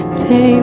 take